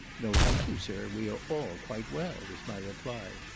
no thank you, sir we are all quite well, was my reply.